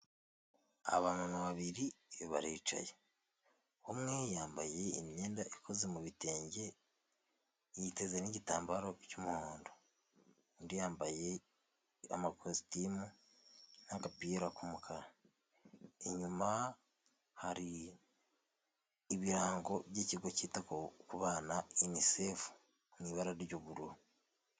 Abantu babiri baricaye, umwe yambaye imyenda ikoze mu bitenge yiteze n'igitambaro cy'umuhondo, undi yambaye amakositimu n'agapira k'umukara. Inyuma hari ibirango by'ikigo cyita ku bana Inisefu mu ibara ry'ubururu.